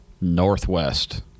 Northwest